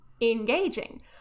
engaging